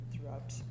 throughout